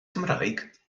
cymraeg